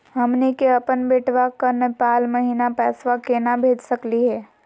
हमनी के अपन बेटवा क नेपाल महिना पैसवा केना भेज सकली हे?